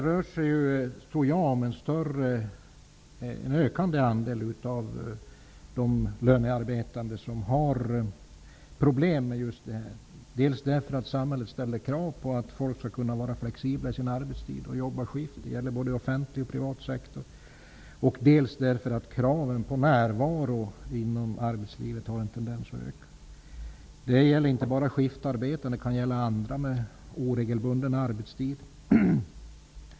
Jag tror att en ökande andel av dem som har lång arbetstid har problem med detta. Samhället ställer krav på att människor skall kunna vara flexibla i sin arbetstid och jobba skift. Det gäller inom såväl offentlig som privat sektor. Därutöver har kraven på närvaro inom arbetslivet haft en tendens att öka. Det gäller inte bara skiftarbetare, utan även andra med oregelbunden arbetstid.